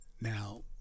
Now